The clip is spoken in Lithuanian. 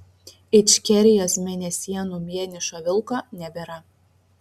ičkerijos mėnesienų vienišo vilko nebėra